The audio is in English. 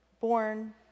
born